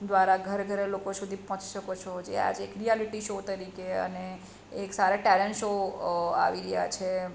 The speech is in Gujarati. દ્વારા ઘર ઘરે લોકો સુધી પહોંચી શકો છો જે આજે એક રિયાલિટી શૉ તરીકે અને એક સારા ટેલેન્ટ શૉ આવી રહ્યા છે